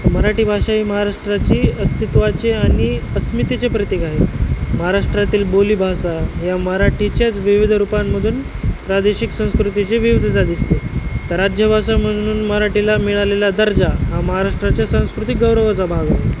मराठी भाषा ही महाराष्ट्राची अस्तित्वाची आणि अस्मितीचे प्रतीक आहे महाराष्ट्रातील बोलीभाषा या मराठीच्याच विविध रूपांमधून प्रादेशिक संस्कृतीची विविधता दिसते तर राज्यभाषा म्हणून मराठीला मिळालेला दर्जा हा महाराष्ट्राच्या संस्कृतिक गौरवाचा भाग आहे